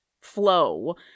flow